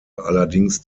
allerdings